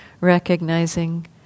recognizing